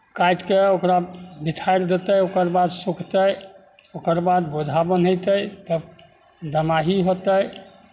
काटि कऽ ओकरा बिथारि देतै ओकर बाद सुखतै ओकर बाद बोझा बन्हयतै तब दमाही होतै